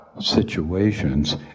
situations